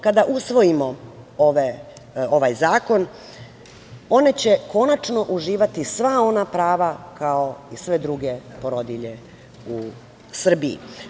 Kada usvojimo ovaj zakon one će konačno uživati sva ona prava kao i sve druge porodilje u Srbiji.